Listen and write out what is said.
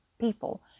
people